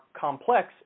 complex